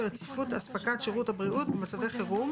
רציפות אספקת שירות הבריאות במצבי חירום,